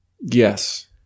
Yes